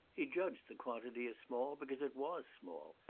he judged the quantity as small because it was small,